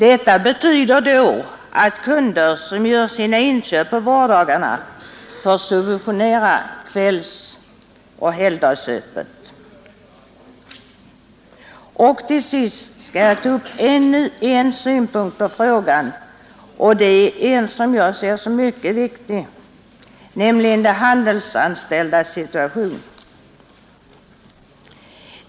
Detta betyder att de kunder som gör sina inköp på vardagarna får subventionera öppethållandet på kvällsoch helgdagstid för andra kunder. Till sist skall jag ta upp ännu en synpunkt på frågan, och den är, som jag ser det, mycket viktig, nämligen de handelsanställdas situation.